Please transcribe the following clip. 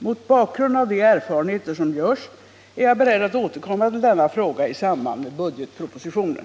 Mot bakgrund av de erfarenheter som görs är jag beredd att återkomma till denna fråga i samband med budgetpropositionen.